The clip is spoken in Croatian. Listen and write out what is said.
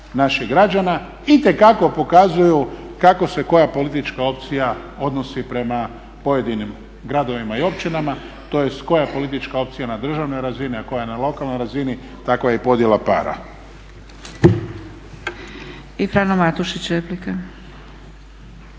naših građana, itekako pokazuju kako se koja politička opcija odnosi prema pojedinim gradovima i općinama, tj. koja je politička opcija na državnoj razini, a koja na lokalnoj razini takva je i podjela para.